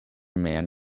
man